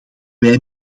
wij